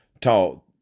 taught